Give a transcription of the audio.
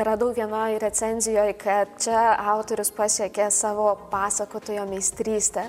radau vienoj recenzijoj kad čia autorius pasiekė savo pasakotojo meistrystę